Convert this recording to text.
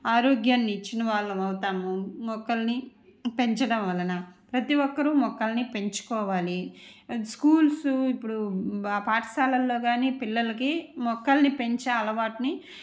ఆరోగ్యాన్ని ఇచ్చిన వాళ్ళం అవుతాము మొక్కల్ని పెంచడం వలన ప్రతి ఒక్కరూ మొక్కల్ని పెంచుకోవాలి స్కూల్స్ ఇప్పుడు పాఠశాలల్లో కాని పిల్లలకి మొక్కల్ని పెంచే అలవాటుని